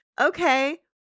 okay